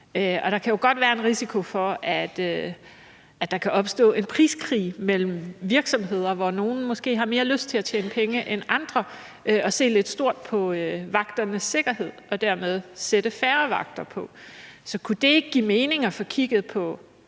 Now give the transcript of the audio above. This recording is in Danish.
Og der kan jo godt være en risiko for, at der kan opstå en priskrig mellem virksomheder, hvor nogle måske har mere lyst til at tjene penge end andre og ser lidt stort på vagternes sikkerhed og dermed sætter færre vagter på. Så kunne det ikke give mening at få kigget på